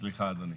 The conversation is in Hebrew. סליחה אדוני,